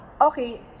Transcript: Okay